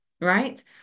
Right